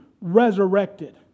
resurrected